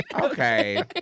Okay